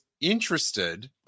interested